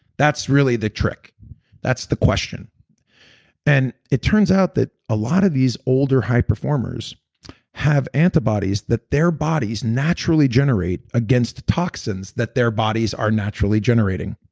that's really the trick that's the question and it turns out that a lot of these older high performers have antibodies that their bodies naturally generate against the toxins that their bodies are naturally generating.